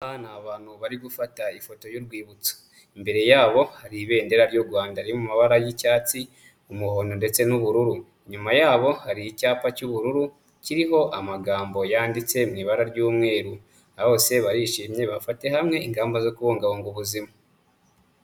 Aba ni abantu bari gufata ifoto y'urwibutso. Imbere yabo hari ibendera ry'u Rwanda riri mu mabara y'icyatsi, umuhondo ndetse n'ubururu. Inyuma yabo hari icyapa cy'ubururu kiriho amagambo yanditse mu ibara ry'umweru. Aba bose barishimye bafatiye hamwe ingamba zo kubungabunga ubuzima.